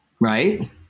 Right